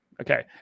okay